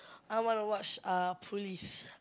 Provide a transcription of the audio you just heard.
I want to watch uh Police